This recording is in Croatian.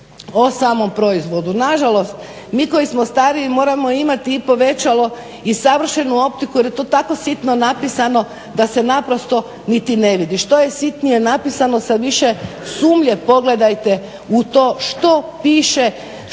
o samom proizvodu. Mi koji smo stariji moramo imati i povećalo i savršenu optiku jer je to tako sitno napisano da se naprosto niti ne vidi. Što je sitnije napisano sa više sumnje pogledajte u to što piše što je u tom